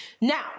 now